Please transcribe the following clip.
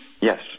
yes